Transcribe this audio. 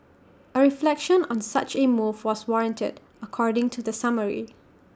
A reflection on such A move was warranted according to the summary